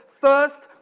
first